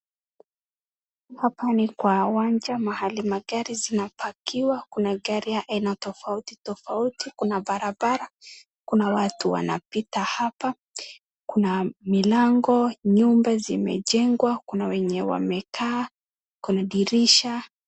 Hapa ni kwa uwanja mahali magari zinapakiwa kuna magari aina tofauti tofauti. Kuna barabara, kuna watu wanapita hapa. Kuna milango, nyumba zimejengwa, kuna wenye wamekaa, kuna dirisha.